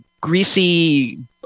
Greasy